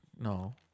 No